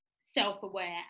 self-aware